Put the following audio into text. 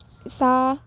सा